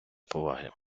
поваги